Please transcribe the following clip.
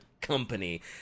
company